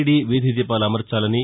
D వీధి దీపాలు అమర్చాలని